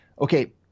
Okay